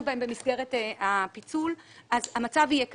בהם במסגרת הפיצול אז המצב יהיה כזה: